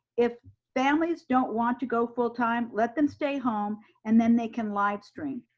if families don't want to go full time, let them stay home and then they can live stream.